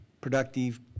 productive